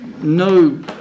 no